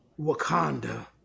Wakanda